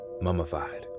mummified